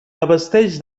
abasteix